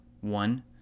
one